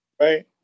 right